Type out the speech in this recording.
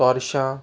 तोर्शा